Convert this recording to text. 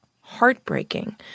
heartbreaking